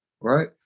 right